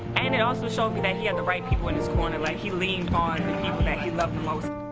and it also showed so me that he had the right people in his corner like he leaned on the people that he loved the most.